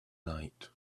night